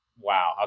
wow